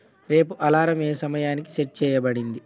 రేపు అలారం ఏ సమయానికి సెట్ చేయబడింది